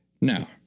Now